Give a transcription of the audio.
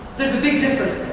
there's a big difference